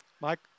Mike